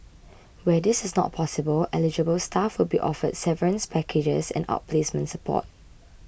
well this is not possible eligible staff will be offered severance packages and outplacement support